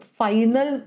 final